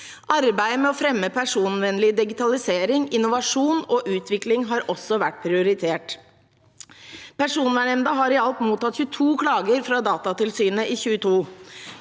Arbeidet med å fremme personvernvennlig digitalisering, innovasjon og utvikling har også vært prioritert. Personvernnemnda har i alt mottatt 22 klagesaker fra Datatilsynet i 2022.